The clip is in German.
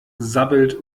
sabbelt